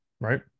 right